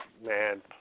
man